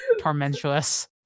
tormentuous